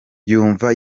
yumva